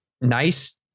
nice